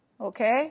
Okay